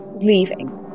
leaving